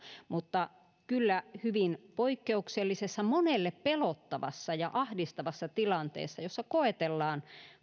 mutta kyllä hyvin poikkeuksellisessa monelle pelottavassa ja ahdistavassa tilanteessa jossa koetellaan